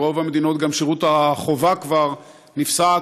ברוב המדינות גם שירות החובה כבר נפסק,